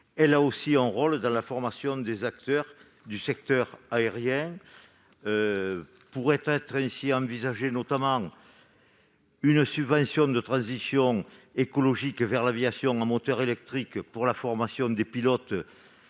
Elle a aussi un rôle dans la formation des acteurs du secteur de l'aérien. Pourraient être envisagés notamment une subvention de transition écologique vers l'avion à moteur électrique pour la formation au pilotage